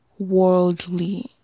worldly